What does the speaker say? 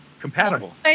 Compatible